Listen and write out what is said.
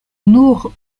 nur